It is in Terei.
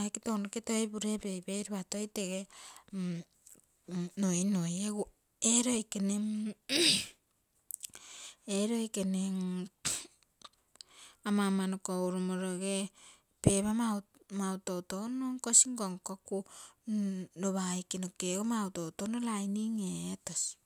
aike tounoke toi pure peipei lopa toi tege nuinui, egu ee loikene, loikeme ama ama noko urumoroge paper mau, mau toutou nno nkosi nkonkoku lopa aike noke ogo toutou no lainine etosii.